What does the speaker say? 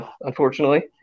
unfortunately